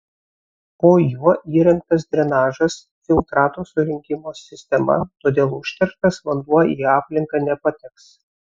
po juo įrengtas drenažas filtrato surinkimo sistema todėl užterštas vanduo į aplinką nepateks